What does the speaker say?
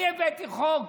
אני הבאתי חוק